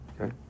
Okay